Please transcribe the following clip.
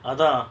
அதா:atha